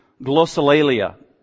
glossolalia